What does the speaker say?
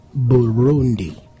Burundi